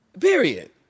Period